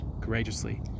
courageously